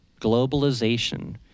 globalization